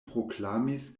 proklamis